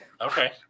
Okay